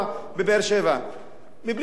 מבלי שתהיה התקפה של אירן,